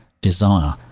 Desire